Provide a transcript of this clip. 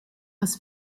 das